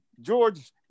George